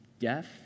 deaf